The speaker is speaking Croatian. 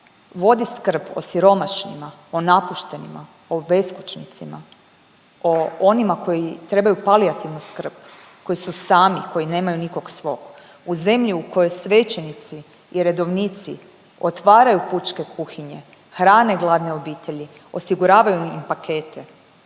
vodi skrb o siromašnima, o napuštenima, o beskućnicima, o onima koji trebaju palijativnu skrb, koji su sami, koji nemaju nikog svog, u zemlji u kojoj svećenici i redovnici otvaraju pučke kuhinje, hrane gladne obitelji, osiguravaju im pakete,